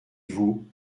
vous